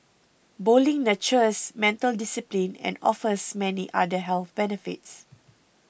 bowling nurtures mental discipline and offers many other health benefits